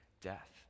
death